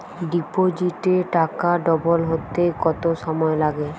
ডিপোজিটে টাকা ডবল হতে কত সময় লাগে?